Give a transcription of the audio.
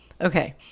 okay